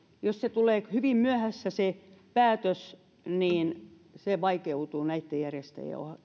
jos se tulee hyvin myöhässä se päätös niin se vaikeutuu näitten järjestäjien